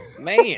man